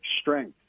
strength